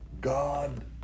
God